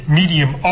medium